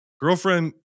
Girlfriend